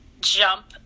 jump